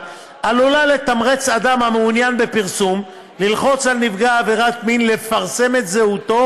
עלולה לתמרץ אדם המעוניין בפרסום ללחוץ על נפגע עבירת מין לפרסם את זהותו.